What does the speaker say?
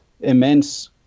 immense